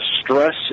stress